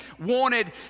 wanted